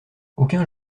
aucun